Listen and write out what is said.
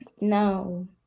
No